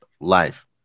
life